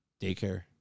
daycare